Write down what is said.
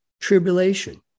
tribulation